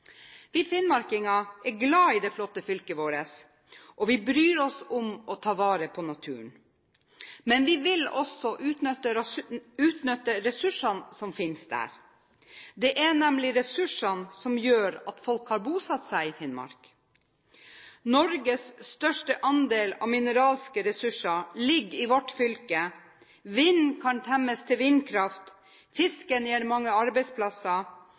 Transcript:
Vi finnmarkinger er glad i det flotte fylket vårt, og vi bryr oss om å ta vare på naturen. Men vi vil også utnytte ressursene som finnes der. Det er nemlig ressursene som gjør at folk har bosatt seg i Finnmark. Norges største andel av mineralske ressurser ligger i vårt fylke, vinden kan temmes til vindkraft, fisken gir mange arbeidsplasser,